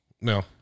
No